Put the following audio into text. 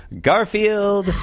Garfield